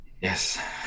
yes